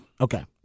Okay